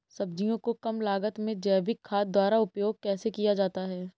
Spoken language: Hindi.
सब्जियों को कम लागत में जैविक खाद द्वारा उपयोग कैसे किया जाता है?